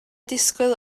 disgwyl